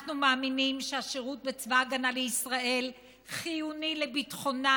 אנחנו מאמינים שהשירות בצבא ההגנה לישראל חיוני לביטחונה,